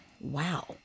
Wow